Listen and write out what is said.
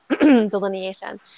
delineation